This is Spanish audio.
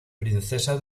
princesa